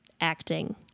acting